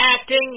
acting